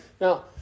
Now